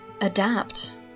adapt